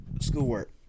schoolwork